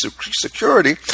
security